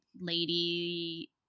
lady